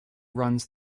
runs